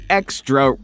extra